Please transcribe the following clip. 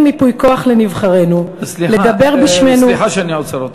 ייפוי כוח לנבחרינו לדבר בשמנו" סליחה שאני עוצר אותך.